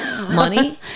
money